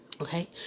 Okay